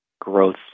growth